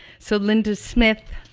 so linda smith